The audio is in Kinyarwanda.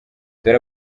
dore